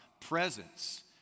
presence